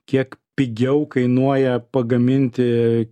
kiek pigiau kainuoja pagaminti